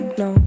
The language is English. no